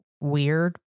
weird